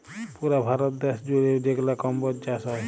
পুরা ভারত দ্যাশ জুইড়ে যেগলা কম্বজ চাষ হ্যয়